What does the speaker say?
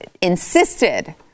insisted